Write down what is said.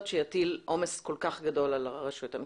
שיטיל עומס כל כך גדול על הרשויות המקומיות,